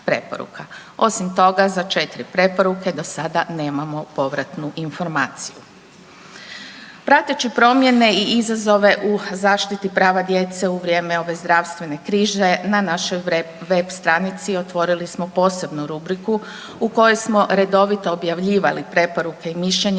Osim toga za četiri preporuke do sada nemamo povratnu informaciju. Prateći promjene i izazove u zaštiti prava djece u vrijeme ove zdravstvene krize na našoj web stranici otvorili smo posebnu rubriku u kojoj smo redovito objavljivali preporuke i mišljenja